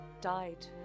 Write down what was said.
died